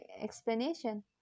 explanation